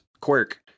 quirk